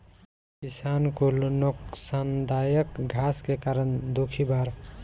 किसान कुल नोकसानदायक घास के कारण दुखी बाड़